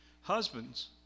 Husbands